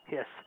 Yes